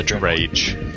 rage